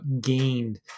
gained